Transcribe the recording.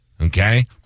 Okay